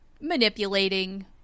manipulating